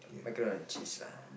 macaroni and cheese lah